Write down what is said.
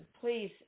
please